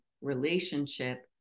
relationship